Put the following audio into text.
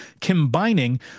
combining